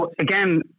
again